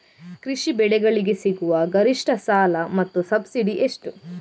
ಕೃಷಿ ಬೆಳೆಗಳಿಗೆ ಸಿಗುವ ಗರಿಷ್ಟ ಸಾಲ ಮತ್ತು ಸಬ್ಸಿಡಿ ಎಷ್ಟು?